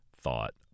thought